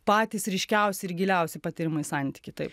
patys ryškiausi ir giliausi patyrimai santyky taip